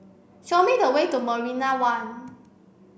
show me the way to Marina One